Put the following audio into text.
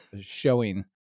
showing